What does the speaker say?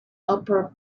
upper